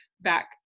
back